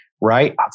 right